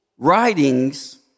writings